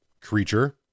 creature